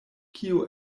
kio